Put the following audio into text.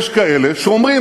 יש כאלה שאומרים,